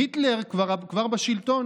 היטלר כבר בשלטון,